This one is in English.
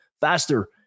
faster